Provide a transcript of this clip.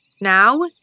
Now